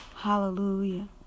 Hallelujah